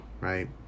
right